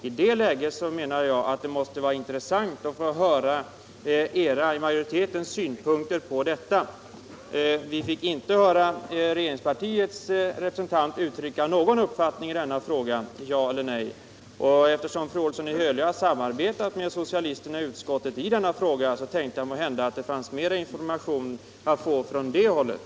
I det läget menar jag att det måste vara intressant att få majoritetens synpunkter på detta. Vi fick inte höra regeringspartiets representant uttrycka någon uppfattning i denna fråga. Eftersom fru Olsson i Hölö har samarbetat med socialisterna i utskottet i den här frågan tänkte jag att det måhända fanns mer information att få från det hållet.